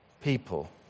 people